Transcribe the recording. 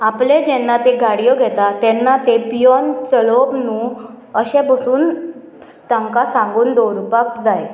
आपलें जेन्ना ते गाडयो घेता तेन्ना ते पियोन चलोवप न्हू अशे बसून तांकां सांगून दवरुपाक जाय